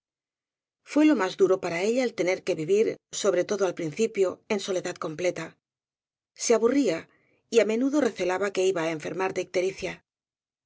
fué lo más duro para ella el tener que vivir sobre todo al principio en soledad completa se aburría y á menudo recelaba que iba á